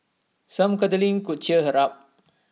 some cuddling could cheer her up